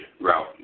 route